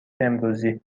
امروزی